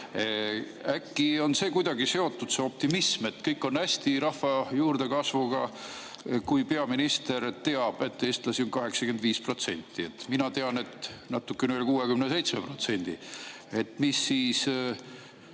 Äkki on see kuidagi seotud, see optimism, et kõik on hästi rahva juurdekasvuga, kui peaminister teab, et eestlasi on 85%? Mina tean, et natukene üle 67%. Mis siis